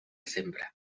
sempre